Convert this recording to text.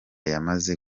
yamaze